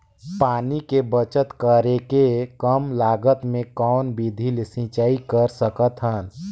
पानी के बचत करेके कम लागत मे कौन विधि ले सिंचाई कर सकत हन?